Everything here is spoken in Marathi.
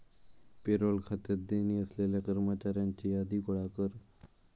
पेरोल खात्यात देणी असलेल्या कर्मचाऱ्यांची यादी गोळा कर